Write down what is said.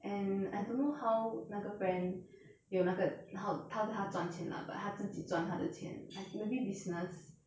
and I don't know how 那个 friend 有那个 how how 他赚钱 lah but 他自己赚他的钱 like maybe business